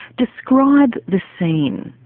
describe the scene.